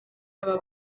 aba